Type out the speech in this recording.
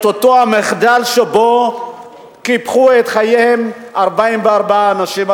את אותו המחדל שבו קיפחו את חייהם 44 אנשים,